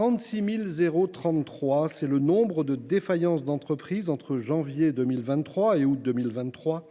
En effet, 36 033 : tel est le nombre de défaillances d’entreprise entre janvier et août 2023.